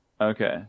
Okay